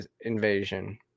invasion